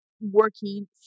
working